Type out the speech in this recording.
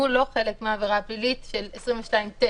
שהוא לא חלק מעבירה פלילית של 22ט,